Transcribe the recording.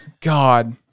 God